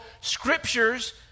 scriptures